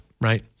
right